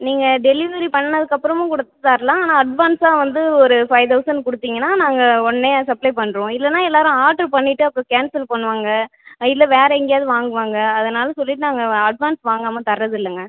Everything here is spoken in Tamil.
நீங்கள் டெலிவரி பண்ணிணதுக்கு அப்புறமும் கூட தரலாம் ஆனால் அட்வான்ஸாக வந்து ஒரு ஃபைவ் தௌசண்ட் கொடுத்தீங்கனா நாங்கள் உடனே நாங்கள் சப்ளை பண்ணுறோம் இல்லைனா எல்லாேரும் ஆர்டர் பண்ணிவிட்டு அப்புறம் கேன்சல் பண்ணுவாங்க இல்லை வேறு எங்கேயாவது வாங்குவாங்க அதனால் சொல்லிவிட்டு நாங்கள் அட்வான்ஸ் வாங்காமல் தரது இல்லைங்க